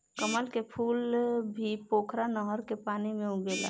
कमल के फूल भी पोखरा नहर के पानी में उगेला